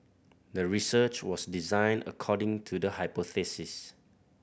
the research was designed according to the hypothesis